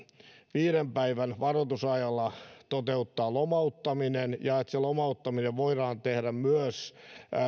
viiden päivän varoitusajalla toteuttaa lomauttaminen ja että se lomauttaminen voidaan tehdä myös